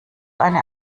eine